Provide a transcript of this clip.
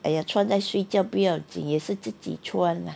!aiya! 穿在睡觉不要紧也是自己穿 lah